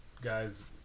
guys